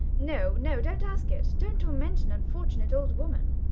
no, no, don't ask it, don't torment an unfortunate old woman.